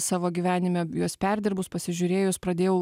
savo gyvenime juos perdirbus pasižiūrėjus pradėjau